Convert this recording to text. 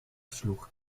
sloeg